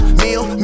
meal